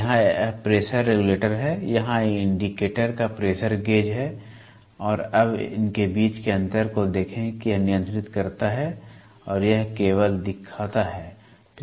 यहाँ यह pressure regulator है यहाँ यह इंडिकेटर का प्रेशर गेज है और अब इनके बीच के अंतर को देखें कि यह नियंत्रित करता है और यह केवल दिखाता है